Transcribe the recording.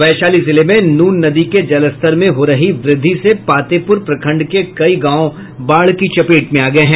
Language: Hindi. वैशाली जिले में नून नदी के जलस्तर में हो रही वृद्धि से पातेपुर प्रखंड के कई गांव बाढ़ की चपेट में आ गये हैं